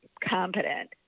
competent